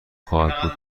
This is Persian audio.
خواهد